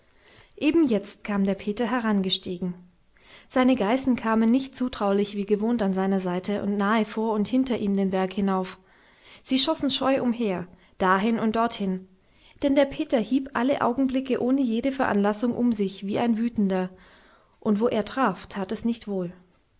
eben jetzt kam der peter herangestiegen seine geißen kamen nicht zutraulich wie gewohnt an seiner seite und nahe vor und hinter ihm den berg herauf sie schossen scheu umher dahin und dorthin denn der peter hieb alle augenblicke ohne jede veranlassung um sich wie ein wütender und wo er traf tat es nicht wohl